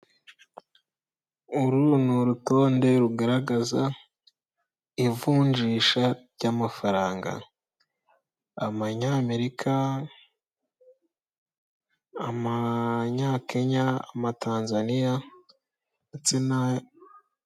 Uru ni urutonde rugaragaza ivunjisha ry'amafaranga. Amanyamerika, amanyakenya, amatanzania ndetse na